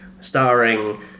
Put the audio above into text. starring